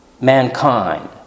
mankind